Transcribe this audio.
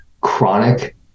chronic